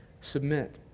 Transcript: submit